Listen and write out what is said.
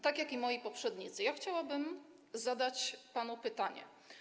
Tak jak moi poprzednicy, chciałabym zadać panu pytanie.